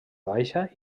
baixa